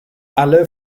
alle